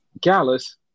Gallus